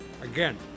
Again